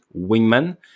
wingman